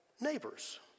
neighbors